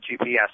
GPS